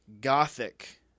gothic